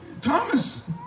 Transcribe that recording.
Thomas